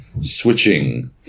switching